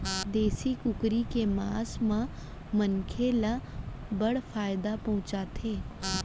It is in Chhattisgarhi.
देसी कुकरी के मांस ह मनसे ल बड़ फायदा पहुंचाथे